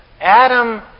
Adam